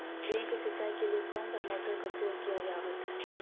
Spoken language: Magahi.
गेहूं के सिंचाई के लिए कौन सा मोटर का प्रयोग किया जावत है?